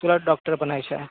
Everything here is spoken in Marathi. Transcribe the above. तुला डॉक्टर बनायचं आहे